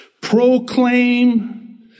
proclaim